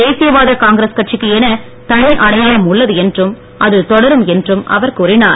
தேசிய வாத காங்கிரஸ் கட்சிக்கு என தனி அடையாளம் உள்ளது என்றும் அதுதொடரும் என்றும் அவர் கூறினார்